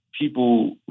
people